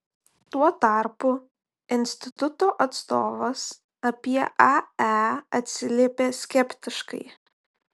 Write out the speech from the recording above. tuo tarpu instituto atstovas apie ae atsiliepė skeptiškai